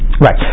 Right